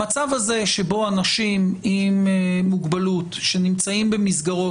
המצב הזה שבו אנשים עם מוגבלות שנמצאים במסגרות,